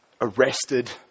arrested